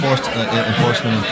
enforcement